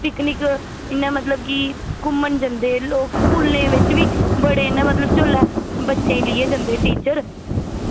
picnic जि'यां की घुम्मन जंदे लोग स्कूलें बिच बी बड़े मतलब की जेल्लै बच्चें गी लेइयै जंदे टीचर